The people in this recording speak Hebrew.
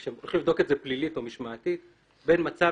כשהולכים לבדוק את זה פלילית או משמעתית בין מצב